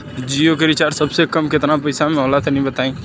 जियो के रिचार्ज सबसे कम केतना पईसा म होला तनि बताई?